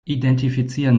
identifizieren